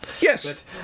Yes